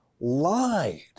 lied